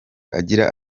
agira